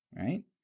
Right